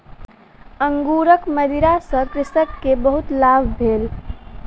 अंगूरक मदिरा सॅ कृषक के बहुत लाभ भेल